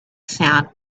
sound